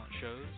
shows